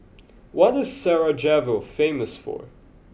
what is Sarajevo famous for